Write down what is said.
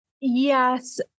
Yes